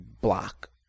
block